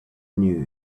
knew